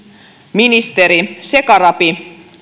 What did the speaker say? ministeri shekarabi